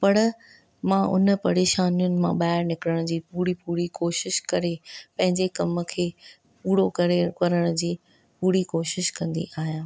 पर मां उन परेशानुनि मां ॿाहिरि निकिरणि जी पूरी पूरी कोशिशि करे पंहिंजे कमु खे पूरो करे ऐं करणु पूरी कोशिशि कंदी आहियां